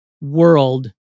world